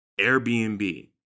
Airbnb